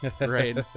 Right